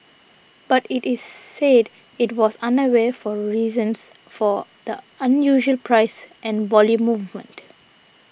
but it is said it was unaware of reasons for the unusual price and volume movement